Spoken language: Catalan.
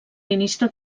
ministre